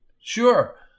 Sure